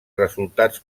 resultats